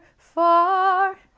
far.